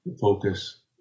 focus